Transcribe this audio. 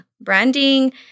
branding